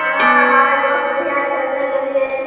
हाँ हमारे दोस्त भी हैं खेलने के लिए